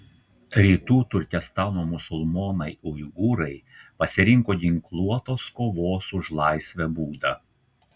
rytų turkestano musulmonai uigūrai pasirinko ginkluotos kovos už laisvę būdą